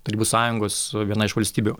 tarybų sąjungos viena iš valstybių